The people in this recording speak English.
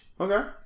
Okay